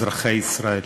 אזרחי ישראל,